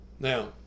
Now